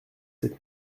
sept